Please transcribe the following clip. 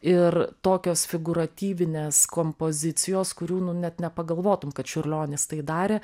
ir tokios figūratyvinės kompozicijos kurių nu net nepagalvotum kad čiurlionis tai darė